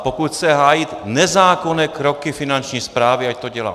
A pokud chce hájit nezákonné kroky Finanční správy, ať to dělá.